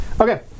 Okay